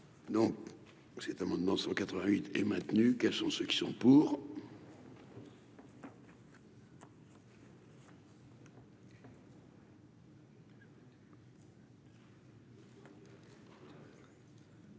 Donc cet amendement 188 et maintenu, quels sont ceux qui sont pour.